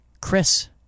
Chris